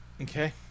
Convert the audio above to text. Okay